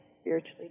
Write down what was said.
spiritually